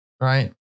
Right